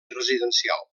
residencial